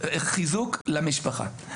חיזוק למשפחה.